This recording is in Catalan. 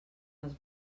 les